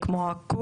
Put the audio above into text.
דברים כמו הקורס,